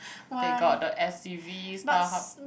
they got the S_C_V Starhub